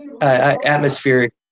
atmospheric